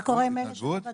מה קורה עם אלה שבבתים?